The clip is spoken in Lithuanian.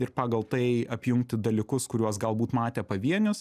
ir pagal tai apjungti dalykus kuriuos galbūt matė pavienius